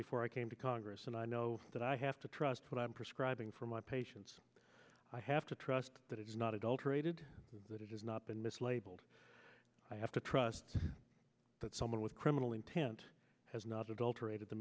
before i came to congress and i know that i have to trust what i'm prescribing for my patients i have to trust that it is not adulterated that it has not been mislabeled i have to trust that someone with criminal intent has not adulterated the